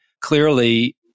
clearly